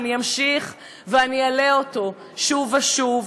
ואני אמשיך ואעלה אותו שוב ושוב.